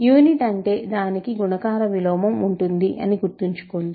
unit అంటే దానికి గుణకార విలోమం ఉంటుంది అని గుర్తుంచుకోండి